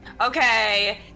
Okay